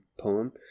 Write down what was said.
poem